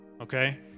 Okay